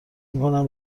میکنم